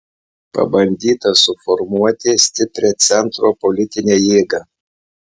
pabandyta suformuoti stiprią centro politinę jėgą